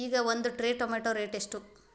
ಈಗ ಒಂದ್ tray tomato rate ಎಷ್ಟ?